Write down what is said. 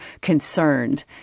concerned